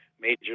major